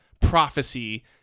prophecy